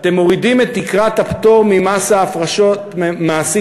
אתם מורידים את תקרת הפטור ממס הפרשות מעסיק